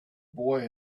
boy